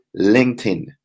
LinkedIn